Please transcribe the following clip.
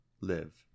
live